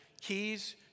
keys